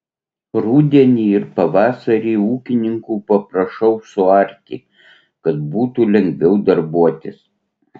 rudenį ir pavasarį ūkininkų paprašau suarti kad būtų lengviau darbuotis